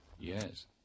Yes